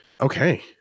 okay